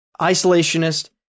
isolationist